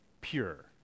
pure